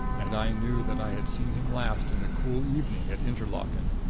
and i knew that i had seen him last in the cool evening at interlaken,